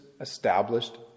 established